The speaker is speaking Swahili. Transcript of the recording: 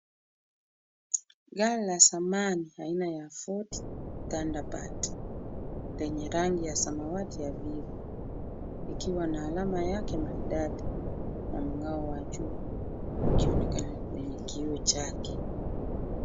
Gari la zamani aina ya Ford Thunderbird lenye rangi ya samawati hafifu likiwa na alama yake maridadi na mng'ao wa juu ukionekana kwenye kioo chake.